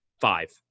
five